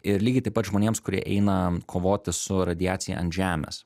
ir lygiai taip pat žmonėms kurie eina kovoti su radiacija ant žemės